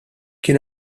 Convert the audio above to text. kien